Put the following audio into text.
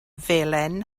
felen